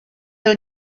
byl